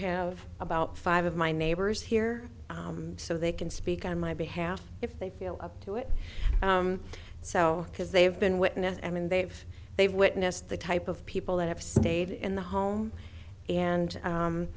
have about five of my neighbors here so they can speak on my behalf if they feel up to it so because they have been witness i mean they've they've witnessed the type of people that have stayed in the home and